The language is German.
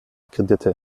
kredite